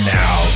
now